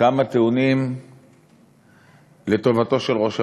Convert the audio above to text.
כמה טיעונים לטובתו של ראש הממשלה,